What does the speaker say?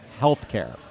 healthcare